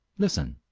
listen.